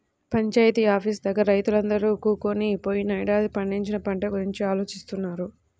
panchayat office దగ్గర రైతులందరూ కూకొని పోయినేడాది పండించిన పంట గురించి ఆలోచిత్తన్నారు